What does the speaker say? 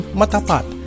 matapat